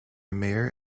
mayor